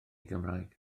gymraeg